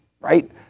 right